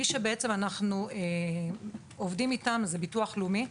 מי שאנחנו עובדים איתם הם ביטוח לאומי,